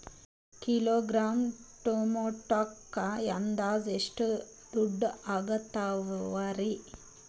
Kilogram ಟೊಮೆಟೊಕ್ಕ ಅಂದಾಜ್ ಎಷ್ಟ ದುಡ್ಡ ಅಗತವರಿ?